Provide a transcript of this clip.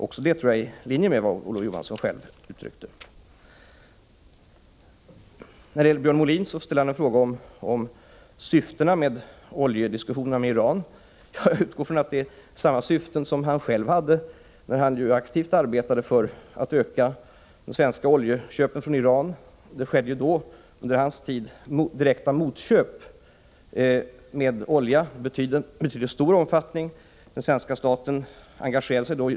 Också det tror jag är i linje med vad Olof Johansson själv uttryckte. Björn Molin ställde en fråga om syftena med oljediskussionerna med Iran. Jag utgår ifrån att det var samma syften han själv hade när han aktivt arbetade för att öka de svenska oljeköpen från Iran — det skedde under hans tid direkta motköp av olja i betydande omfattning.